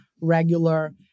regular